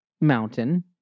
mountain